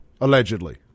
allegedly